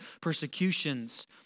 persecutions